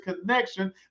connection